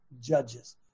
judges